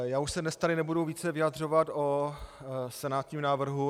Já už se tady nebudu více vyjadřovat o senátním návrhu.